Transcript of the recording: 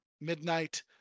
Midnight